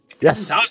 Yes